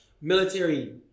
military